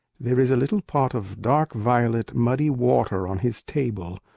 there is a little pot of dark-violet, muddy water on his table.